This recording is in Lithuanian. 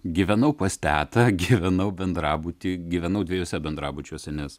gyvenau pas tetą gyvenau bendrabuty gyvenau dviejuose bendrabučiuose nes